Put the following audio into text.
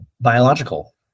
biological